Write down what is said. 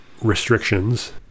restrictions